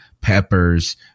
Peppers –